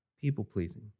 People-pleasing